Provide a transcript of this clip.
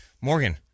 Morgan